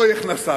אוי איך נסוגותם.